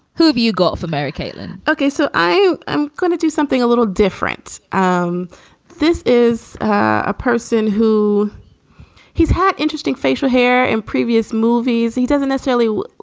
who have you got for mary caitlin? okay. so i am going to do something a little different um this is a person who has had interesting facial hair in previous movies. he doesn't necessarily,